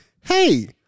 Hey